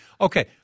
Okay